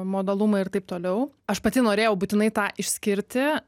modalumai ir taip toliau aš pati norėjau būtinai tą išskirti